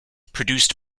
produced